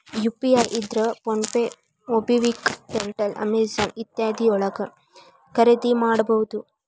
UPI ಇದ್ರ PhonePe MobiKwik Airtel Amazon ಇತ್ಯಾದಿ ಯೊಳಗ ಖರಿದಿಮಾಡಬಹುದು